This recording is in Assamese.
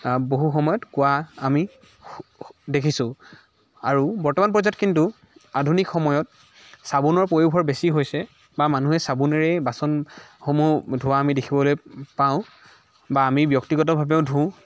বহু সময়ত কোৱা আমি শু দেখিছোঁ আৰু বৰ্তমান পৰ্যায়ত কিন্তু আধুনিক সময়ত চাবোনৰ পয়োভৰ বেছি হৈছে বা মানুহে চাবোনেৰেই বাচনসমূহ ধোৱা আমি দেখিবলৈ পাওঁ বা আমি ব্যক্তিগতভাৱেও ধুওঁ